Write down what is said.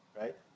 right